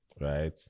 right